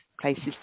places